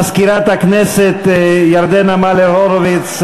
מזכירת הכנסת ירדה מלר-הורוביץ,